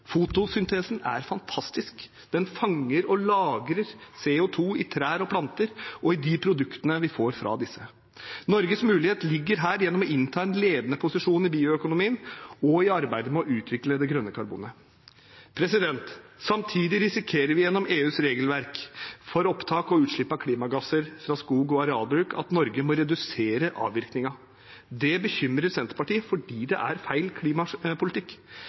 Fotosyntesen er fantastisk. Den fanger og lagrer CO 2 i trær og planter – og i de produktene vi får fra disse. Norges mulighet ligger her i å innta en ledende posisjon i bioøkonomien og i arbeidet med å utvikle det grønne karbonet. Samtidig risikerer vi gjennom EUs regelverk for opptak og utslipp av klimagasser fra skog- og arealbruk at Norge må redusere avvirkningen. Det bekymrer Senterpartiet fordi det er feil klimapolitikk.